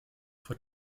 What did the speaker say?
vor